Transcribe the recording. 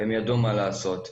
הם ידעו מה לעשות,